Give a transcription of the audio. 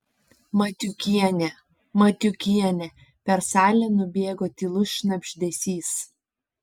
matiukienė matiukienė per salę nubėgo tylus šnabždesys